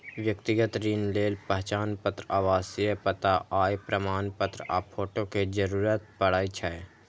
व्यक्तिगत ऋण लेल पहचान पत्र, आवासीय पता, आय प्रमाणपत्र आ फोटो के जरूरत पड़ै छै